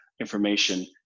information